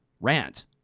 rant